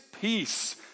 peace